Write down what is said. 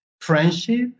Friendship